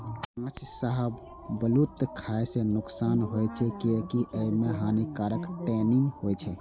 कांच शाहबलूत खाय सं नुकसान होइ छै, कियैकि अय मे हानिकारक टैनिन होइ छै